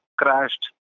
crashed